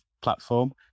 platform